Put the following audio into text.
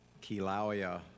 Kilauea